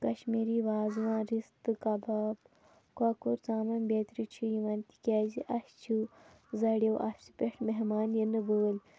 کَشمیٖری وازٕوان رِستہٕ کَباب کۄکُر ژامَن بیٚترِ چھِ یِوان تِکیٛازِ اَسہِ چھِ زڈ اِی او آفسہِ پٮ۪ٹھ مہمان یِنہٕ وٲلۍ